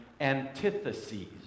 antitheses